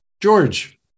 George